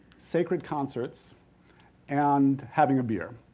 sacred concerts and having a beer.